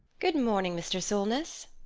good morning, mr. solness!